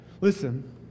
Listen